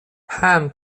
han